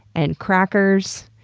and crackers,